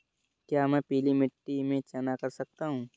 क्या मैं पीली मिट्टी में चना कर सकता हूँ?